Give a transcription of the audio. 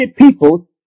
people